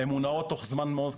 הן מונעות תוך זמן מאוד קצר,